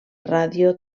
ràdio